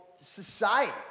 society